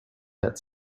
that